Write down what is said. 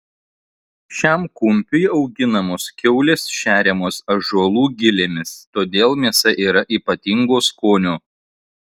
šiam kumpiui auginamos kiaulės šeriamos ąžuolų gilėmis todėl mėsa yra ypatingo skonio